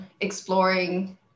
exploring